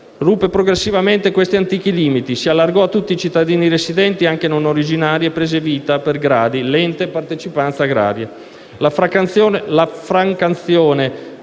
ruppe progressivamente questi antichi limiti, si allargò a tutti i cittadini residenti, anche non originari, e prese vita per gradi l'ente della Partecipanza agraria.